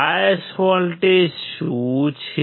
bias voltage શું છે